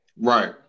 Right